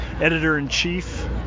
editor-in-chief